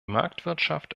marktwirtschaft